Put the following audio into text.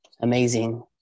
amazing